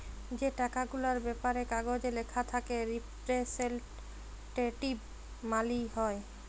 যে টাকা গুলার ব্যাপারে কাগজে ল্যাখা থ্যাকে রিপ্রেসেলট্যাটিভ মালি হ্যয়